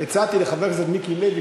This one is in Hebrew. הצעתי לחבר הכנסת מיקי לוי,